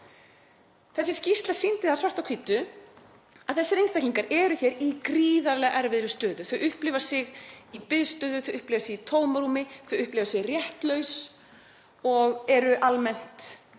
Þessi skýrsla sýndi svart á hvítu að þessir einstaklingar eru í gríðarlega erfiðri stöðu. Þau upplifa sig í biðstöðu, upplifa sig í tómarúmi, upplifa sig réttlaus og eru almennt